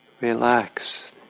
relax